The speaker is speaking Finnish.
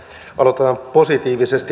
aloitetaan positiivisesti